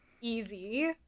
easy